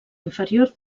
inferior